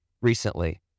recently